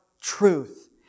truth